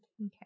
Okay